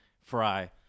fry